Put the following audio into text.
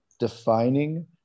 defining